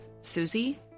Susie